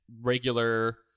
regular